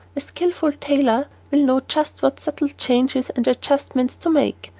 a skilful tailor will know just what subtle changes and adjustments to make.